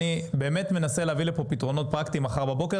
אני באמת מנסה להביא לפה פתרונות פרקטיים מחר בבוקר